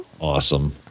awesome